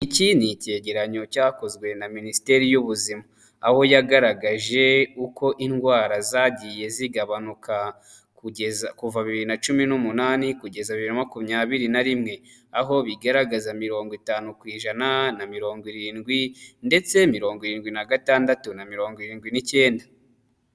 Iki ni icyegeranyo cyakozwe na Minisiteri y'ubuzima, aho yagaragaje uko indwara zagiye zigabanyuka kuva bibiri na cumi n'umunani kugeza bibiri na makumyabiri na rimwe, aho bigaragaza mirongo itanu ku ijana na mirongo irindwi, ndetse mirongo irindwi na gatandatu, na mirongo irindwi n'icyenda.